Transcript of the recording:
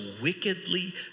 wickedly